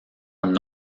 non